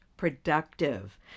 productive